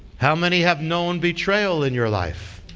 how many have known betrayal in your life?